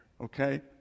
okay